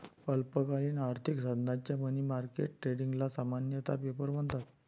अल्पकालीन आर्थिक साधनांच्या मनी मार्केट ट्रेडिंगला सामान्यतः पेपर म्हणतात